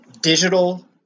Digital